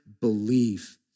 believe